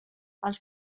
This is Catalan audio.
els